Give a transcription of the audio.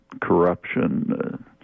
corruption